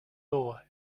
law